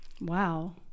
Wow